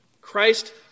Christ